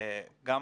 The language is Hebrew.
גם